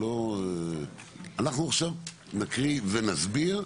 אנחנו עכשיו נקריא ונסביר,